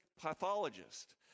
pathologist